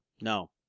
No